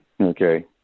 Okay